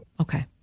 okay